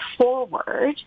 forward